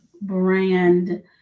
brand